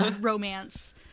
romance